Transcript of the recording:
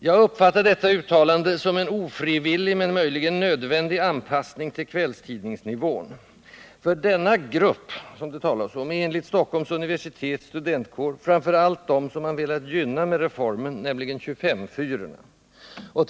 Jag uppfattar detta uttalande som en ofrivillig men möjligen nödvändig anpassning till kvällstidningsnivån. Den ”grupp” som det här talas om är enligt Stockholms universitets studentkår framför allt den man velat gynna med reformen, nämligen 25:4-orna.